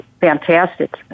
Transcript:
fantastic